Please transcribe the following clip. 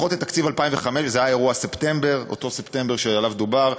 זה היה אירוע ספטמבר, אותו ספטמבר שעליו דובר.